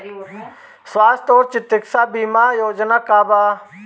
स्वस्थ और चिकित्सा बीमा योजना का बा?